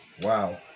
Wow